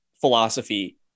philosophy